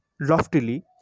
loftily